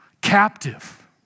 captive